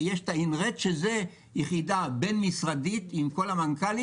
בצרפת יש את ה-INRETS שזו יחידה בין-משרדית עם כל המנכ"לים,